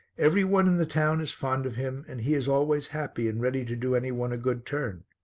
every one in the town is fond of him and he is always happy and ready to do any one a good turn.